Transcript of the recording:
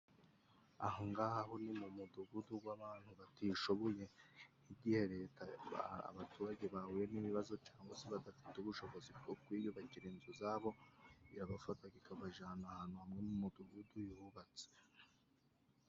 Ahangahaho ni mu mudugudu gw'abantu batishoboye, igihe leta abaturage bahuye n'ibibazo cyangwa se badafite ubushobozi bwo kwiyubakira inzu zabo, irabafata ikabajana ahantu hamwe mu mudugudu yubatse.